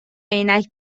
عینک